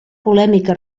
polèmica